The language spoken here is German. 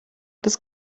das